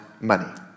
money